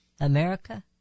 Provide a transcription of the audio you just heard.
America